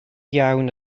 iawn